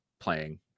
playing